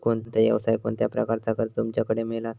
कोणत्या यवसाय कोणत्या प्रकारचा कर्ज तुमच्याकडे मेलता?